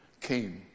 came